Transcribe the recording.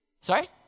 Sorry